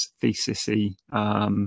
thesis-y